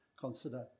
consider